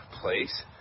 place